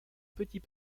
petit